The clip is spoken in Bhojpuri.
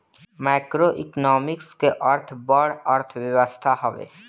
मैक्रोइकोनॉमिक्स के अर्थ बड़ अर्थव्यवस्था हवे